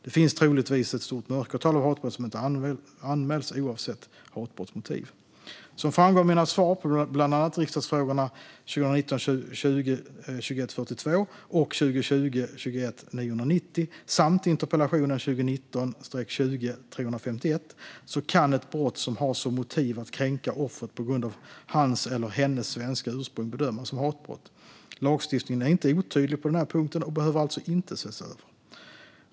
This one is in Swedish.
Det finns troligtvis ett stort mörkertal av hatbrott som inte anmäls, oavsett hatbrottsmotiv. Som framgår av mina svar på bland annat riksdagsfrågorna 2019 21:990 samt interpellation 2019/20:351 kan ett brott som har som motiv att kränka offret på grund av hans eller hennes svenska ursprung bedömas som hatbrott. Lagstiftningen är inte otydlig på den här punkten och behöver alltså inte ses över.